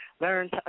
Learn